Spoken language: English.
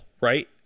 right